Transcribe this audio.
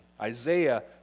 Isaiah